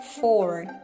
four